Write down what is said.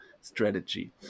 strategy